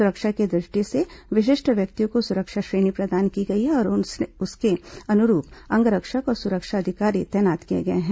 सुरक्षा की दृष्टि से विशिष्ट व्यक्तियों को सुरक्षा श्रेणी प्रदान की गई है और उसके अनुरूप अंगरक्षक और सुरक्षा अधिकारी तैनात किए गए हैं